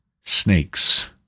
snakes